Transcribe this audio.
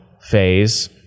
phase